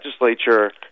legislature